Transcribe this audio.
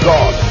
God